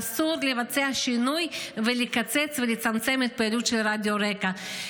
ואסור לבצע שינוי ולקצץ ולצמצם את הפעילות של רדיו רק"ע.